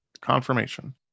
Confirmation